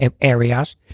areas